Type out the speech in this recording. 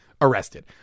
arrested